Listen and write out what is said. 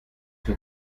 für